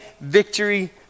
victory